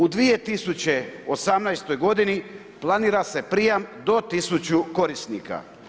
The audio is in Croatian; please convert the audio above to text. U 2018. godini planira se prijam do 1000 korisnika.